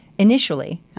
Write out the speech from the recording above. initially